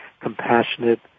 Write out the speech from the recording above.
compassionate